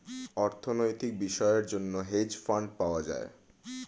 অর্থনৈতিক বিষয়ের জন্য হেজ ফান্ড পাওয়া যায়